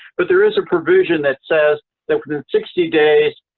but there is a provision that says that within sixty days,